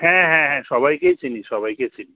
হ্যাঁ হ্যাঁ হ্যাঁ সবাইকেই চিনি সবাইকে চিনি